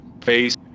face